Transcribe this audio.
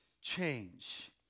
change